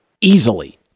easily